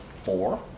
four